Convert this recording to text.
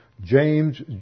James